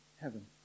heaven